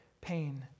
pain